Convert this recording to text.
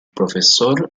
professor